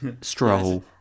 stroll